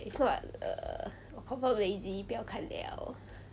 if not err 我 confirm lazy 不要看了